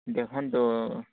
ଦେଖନ୍ତୁ